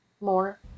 more